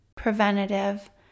preventative